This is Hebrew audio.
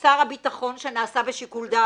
תפקיד הכנסת לפקח על אותו שר.